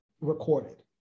recorded